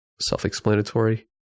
Self-explanatory